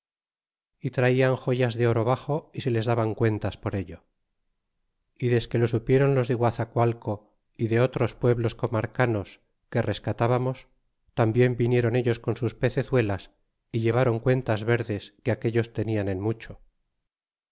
y traían joyas de oro baxo y se les daban cuentas por ello y desque lo supieron los de guazacualco y de otros pueblos comarcanos que rescatabamos tambien vinieron ellos con sus pecezuelas y ilevron cuentas verdes que aquellos tenian en mucho